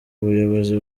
buyobozi